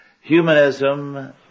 humanism